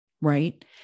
right